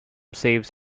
saves